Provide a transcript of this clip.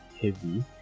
heavy